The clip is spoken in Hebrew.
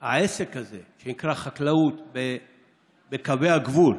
על העסק הזה שנקרא חקלאות בקווי הגבול.